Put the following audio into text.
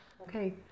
Okay